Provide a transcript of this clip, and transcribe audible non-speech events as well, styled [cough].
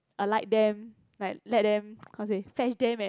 alight them like let them [noise] how to say fetch them and